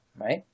right